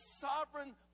sovereign